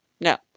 No